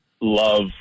love